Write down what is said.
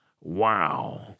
Wow